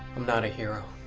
i'm not a hero.